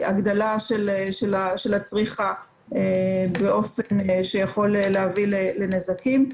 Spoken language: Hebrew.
הגדלה של הצריכה באופן שיכול להביא לנזקים.